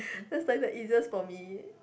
that's like the easiest for me